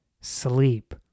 sleep